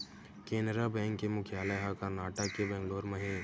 Canara bank के मुख्यालय ह करनाटक के बेंगलोर म हे